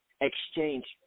exchange